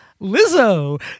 Lizzo